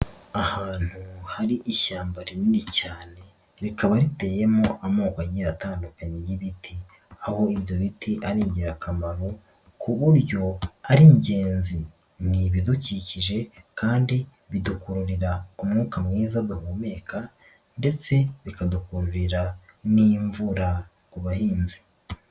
Ahantu hari ishyamba rinini cyane, rikaba riteyemo amoko agiye atandukanye y'ibiti, aho ibyo biti ari ingirakamaro ku buryo ari ingenzi. Ni ibidukikije kandi bidukururira umwuka mwiza duhumeka ndetse bikadukururira n'imvura ku bahinzi.